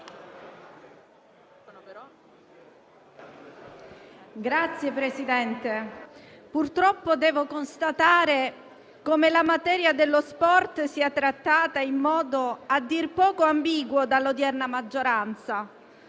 Signor Presidente, devo purtroppo constatare come la materia dello sport sia trattata in modo a dir poco ambiguo dall'odierna maggioranza.